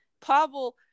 Pavel